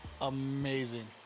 amazing